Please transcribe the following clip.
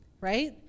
right